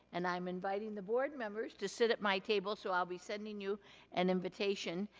and i'm inviting the board members to sit at my table, so i'll be sending you an invitation.